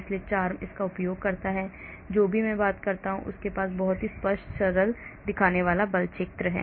इसलिए CHARMM इसका उपयोग करता है जो भी मैं बात कर रहा हूं उनके पास बहुत ही स्पष्ट सरल दिखने वाला बल क्षेत्र है